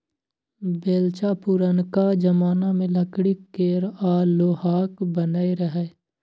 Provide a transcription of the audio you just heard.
बेलचा पुरनका जमाना मे लकड़ी केर आ लोहाक बनय रहय